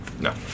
No